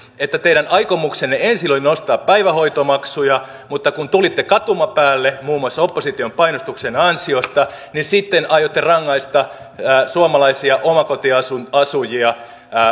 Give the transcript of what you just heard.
niin teidän aikomuksenne ensin oli nostaa päivähoitomaksuja mutta kun tulitte katumapäälle muun muassa opposition painostuksen ansiosta niin sitten aiotte rangaista suomalaisia omakotiasujia